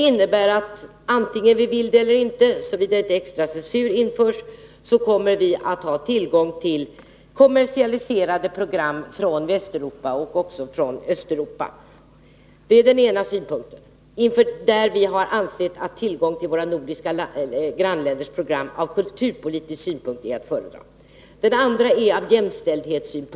Antingen vi vill det eller inte, såvida inte censur införs, kommer vi att ha tillgång till kommersiella program från Västeuropa och också från Östeuropa. Då har vi ansett att tillgång till våra nordiska grannländers program ur kulturpolitisk synpunkt är att föredra. Det andra skälet har med jämställdhet att göra.